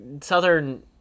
Southern